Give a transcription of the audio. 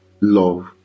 love